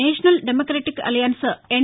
national democratic alliance N